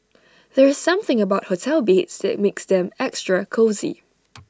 there's something about hotel beds that makes them extra cosy